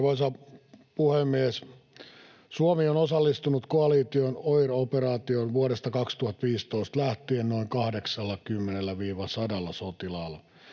Arvoisa puhemies! Suomi on osallistunut koalition OIR-operaatioon vuodesta 2015 lähtien noin 80—100 sotilaalla.